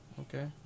okay